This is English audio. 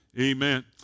Amen